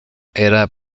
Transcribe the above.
era